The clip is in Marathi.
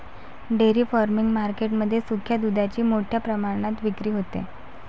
डेअरी फार्मिंग मार्केट मध्ये सुक्या दुधाची मोठ्या प्रमाणात विक्री होते